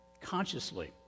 consciously